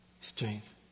strength